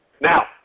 Now